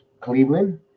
Cleveland